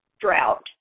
drought